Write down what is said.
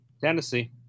tennessee